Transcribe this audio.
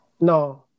No